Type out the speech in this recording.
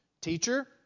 Teacher